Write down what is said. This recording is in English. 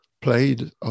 played